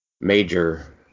Major